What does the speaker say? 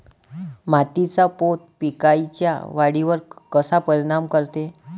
मातीचा पोत पिकाईच्या वाढीवर कसा परिनाम करते?